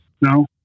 No